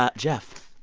ah geoff,